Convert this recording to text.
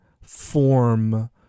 form